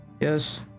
Yes